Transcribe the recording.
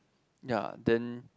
ya then